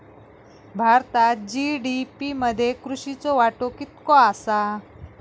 भारतात जी.डी.पी मध्ये कृषीचो वाटो कितको आसा?